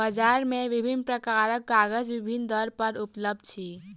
बजार मे विभिन्न प्रकारक कागज विभिन्न दर पर उपलब्ध अछि